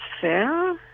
fair